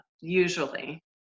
usually